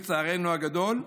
לצערנו הגדול.